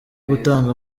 gutanga